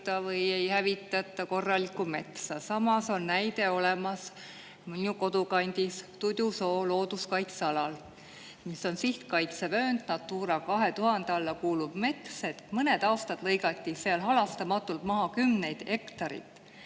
või ei hävitata korralikku metsa. Samas on olemas näide minu kodukandist Tudusoo looduskaitsealalt, mis on sihtkaitsevöönd, Natura 2000 alla kuuluv mets. Mõned aastad lõigati seal halastamatult maha kümneid hektareid